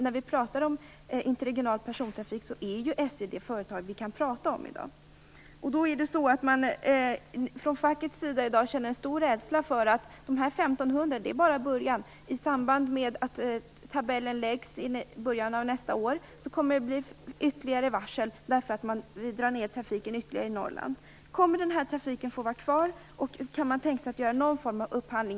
När vi pratar om interregional persontrafik är ju SJ det företag vi kan prata om i dag. Facket känner en stor rädsla för att dessa 1 500 bara är början. Man är rädd för att det kommer att bli ytterligare varsel i samband med att tabellen läggs i början av nästa år, eftersom man vill dra ned trafiken ytterligare i Norrland. Kommer den här trafiken att få vara kvar? Kan man tänka sig att göra någon form av upphandling?